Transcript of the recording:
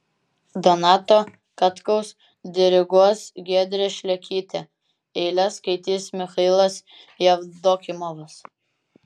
donato katkaus diriguos giedrė šlekytė eiles skaitys michailas jevdokimovas